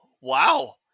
Wow